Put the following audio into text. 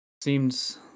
seems